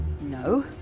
No